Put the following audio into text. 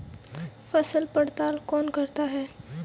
फसल पड़ताल कौन करता है?